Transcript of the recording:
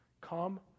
Come